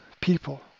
people